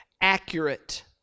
accurate